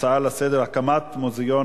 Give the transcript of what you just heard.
הצעות לסדר-היום בנושא: הקמת מוזיאון